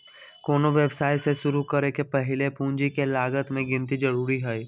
कोनो व्यवसाय के शुरु करे से पहीले पूंजी के लागत के गिन्ती जरूरी हइ